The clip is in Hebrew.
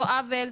לא עוול,